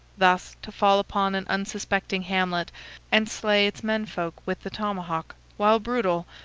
thus, to fall upon an unsuspecting hamlet and slay its men-folk with the tomahawk, while brutal,